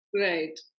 right